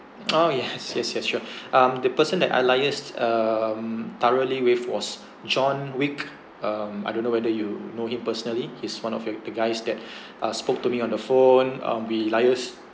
oh yes yes yes sure um the person that I liaised um thoroughly with was john wick um I don't know whether you know him personally he's one of your the guys that uh spoke to me on the phone um we liaised